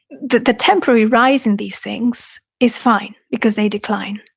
the the temporary rise in these things is fine because they decline.